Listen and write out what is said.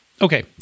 okay